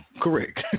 correct